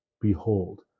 Behold